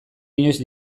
inoiz